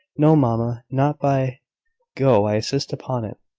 no, mamma not by go, i insist upon it,